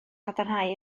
gadarnhau